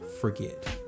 forget